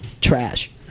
Trash